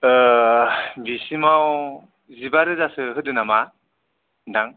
बिसिमाव जिबा रोजासो होदो नामा दां